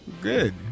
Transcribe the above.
Good